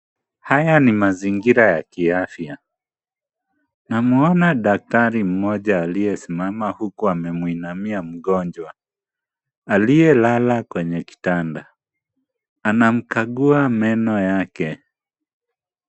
Haya ni mazingira ya kiafya na muona daktari mmoja aliyesimama huku anamuinamia mgonjwa, aliyelala kwenye kitanda anamkagua meno yake.